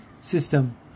system